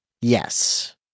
Yes